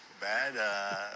bad